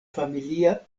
familia